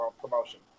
promotion